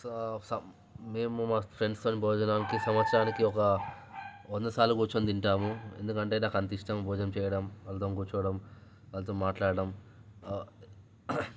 స సం మేము మా ఫ్రెండ్స్తో భోజనానికి సంవత్సరానికి ఒక వందసార్లు కూర్చోని తింటాము ఎందుకంటే నాకు అంత ఇష్టం భోజనం చేయడం వాళ్ళతోని కూర్చోవడం వాళ్ళతో మాట్లాడడం